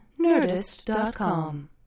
NERDIST.com